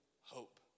Hope